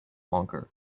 longer